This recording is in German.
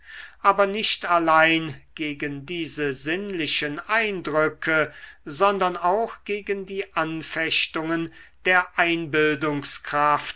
aber nicht allein gegen diese sinnlichen eindrücke sondern auch gegen die anfechtungen der